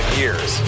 years